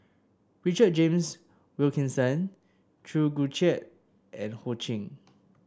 Richard James Wilkinson Chew Joo Chiat and Ho Ching